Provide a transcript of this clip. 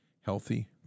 healthy